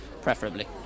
preferably